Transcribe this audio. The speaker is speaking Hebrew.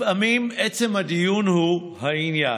לפעמים עצם הדיון הוא העניין.